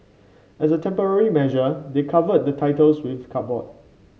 as a temporary measure they covered the titles with cardboard